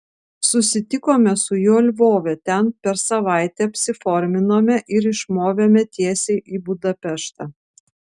susitikome su juo lvove ten per savaitę apsiforminome ir išmovėme tiesiai į budapeštą